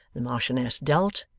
the marchioness dealt,